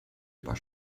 über